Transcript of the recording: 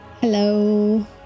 Hello